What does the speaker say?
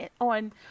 on